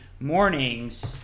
mornings